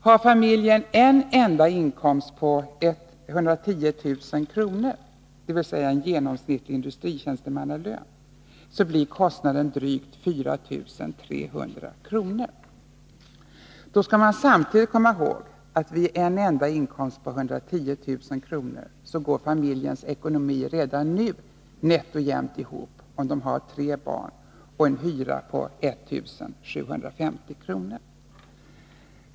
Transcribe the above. Har familjen en enda inkomst på 110 000 kr., dvs. en genomsnittlig industritjänstemannalön, blir kostnaden drygt 4 300 kr. Då skall man samtidigt komma ihåg att vid en enda inkomst på 110 000 kr. går familjens ekonomi redan nu nätt och jämnt ihop, om makarna har tre barn och en hyra på 1750 kr.